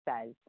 says